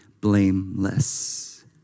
blameless